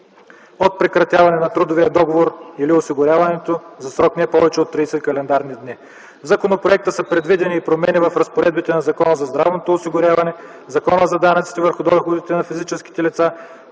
от прекратяване на трудовия договор или осигуряването за срок не повече от 30 календарни дни. В законопроекта са предвидени и промени в разпоредбите на Закона за здравното осигуряване и Закона за данъците върху доходите на физическите лица,